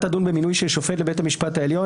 תדון במינוי של שופט לבית המשפט העליון,